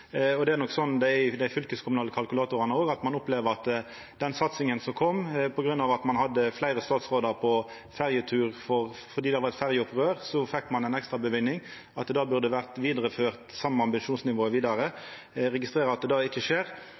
Det er nok slik i dei fylkeskommunale kalkulatorane òg, at ein opplever at satsinga kom på grunn av at ein hadde fleire statsrådar på ferjetur fordi det var eit ferjeopprør, og ein fekk difor ei ekstra løyving, og at då burde det same ambisjonsnivået ha vorte vidareført. Eg registrerer at det ikkje skjer.